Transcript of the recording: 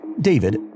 David